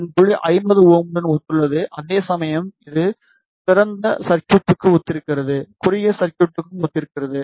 இந்த புள்ளி 50 Ω உடன் ஒத்துள்ளது அதேசமயம் இது திறந்த சர்குய்ட்க்கும் ஒத்திருக்கிறது குறுகிய சர்குய்ட்க்கும் ஒத்திருக்கிறது